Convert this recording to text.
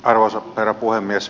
arvoisa herra puhemies